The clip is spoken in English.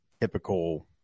typical